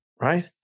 Right